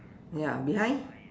ya behind